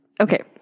Okay